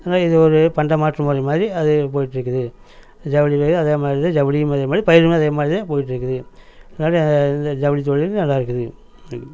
அதனால் இது ஒரு பண்டமாற்று முறை மாதிரி அது போயிகிட்ருக்குது ஜவுளிக்கடையும் அதேமாதிரி தான் ஜவுளியும் அதேமாதிரி பயிறுங்களும் அதேமாதிரி தான் போயிகிட்ருக்குது அதனால் இந்த ஜவுளித்தொழில் நல்லாயிருக்குது